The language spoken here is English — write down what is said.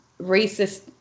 racist